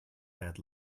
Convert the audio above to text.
bad